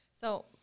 So-